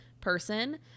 person